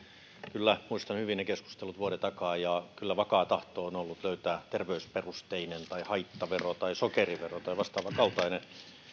kyllä muistan hyvin ne keskustelut vuoden takaa ja kyllä vakaa tahto on ollut löytää terveysperusteinen tai haittavero tai sokerivero tai vastaavan kaltainen